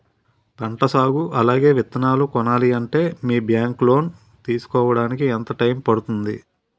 పంట సాగు అలాగే విత్తనాలు కొనాలి అంటే మీ బ్యాంక్ లో లోన్ తీసుకోడానికి ఎంత టైం పడుతుంది?